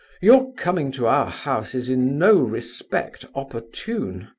your coming to our house is, in no respect, opportune.